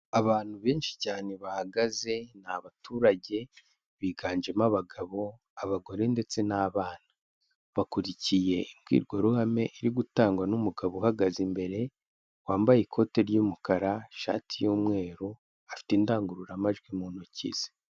Abantu benshi cyane bahagaze ni abaturage, biganjemo abagabo, abagore, ndetse n'abana, bakurikiye imbwirwaruhame iri gutangwa n'umugabo uhagaze imbere, wambaye ikote ry'umukara, ishati y'umweru afite indangururamajwi mu ntoki ze.